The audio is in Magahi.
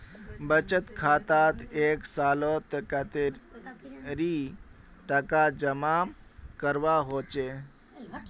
बचत खातात एक सालोत कतेरी टका जमा करवा होचए?